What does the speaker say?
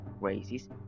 races